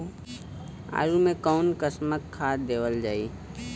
आलू मे कऊन कसमक खाद देवल जाई?